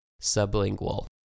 Sublingual